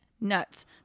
nuts